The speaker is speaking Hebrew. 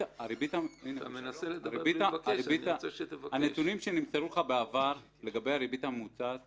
הנתונים שנמסרו לך בעבר לגבי הריבית הממוצעת